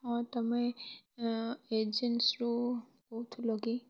ହଁ ତମେ ଏଜେନ୍ସରୁ କହୁଥୁଲ କି